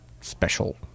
special